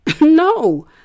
No